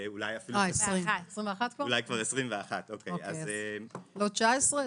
אולי כבר 21. 21. לא 19,